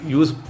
use